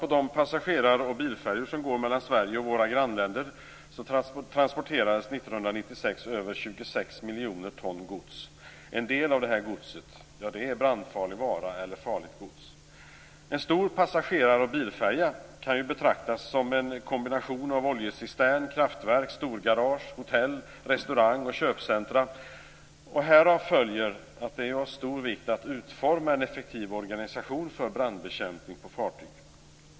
På de passagerar och bilfärjor som går mellan Sverige och våra grannländer transporterades 1996 över 26 miljoner ton gods. En del av detta är brandfarlig vara eller farligt gods. En stor passagerar och bilfärja kan betraktas som en kombination av oljecistern, kraftverk, storgarage, hotell, restaurang och köpcentrum, och härav följer att det är av stor vikt att utforma en effektiv organisation för brandbekämpning på fartyg.